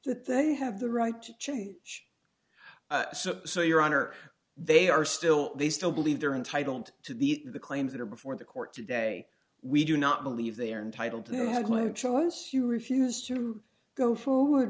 that they have the right to change so your honor they are still they still believe they're entitled to the claims that are before the court today we do not believe they are entitled to have choice you refuse to go forward